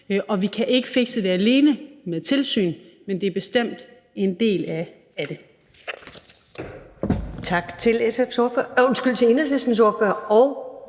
og vi kan ikke fikse det med tilsyn alene, men det er bestemt en del af det.